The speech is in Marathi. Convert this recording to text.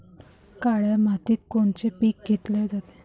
काळ्या मातीत कोनचे पिकं घेतले जाते?